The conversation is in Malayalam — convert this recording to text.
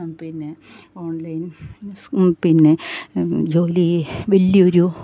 പിന്നെ ഓൺലൈൻ പിന്നെ ജോലി വലിയ ഒരു